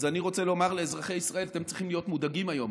אני רוצה לומר לאזרחי ישראל: אתם צריכים להיות מודאגים היום.